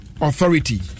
authority